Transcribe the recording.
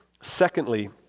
Secondly